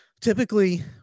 typically